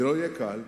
זה לא יהיה קל,